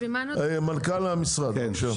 מנכ"ל המשרד, בבקשה.